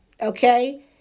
Okay